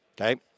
Okay